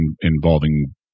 involving